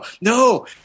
no